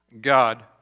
God